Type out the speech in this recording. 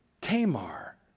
Tamar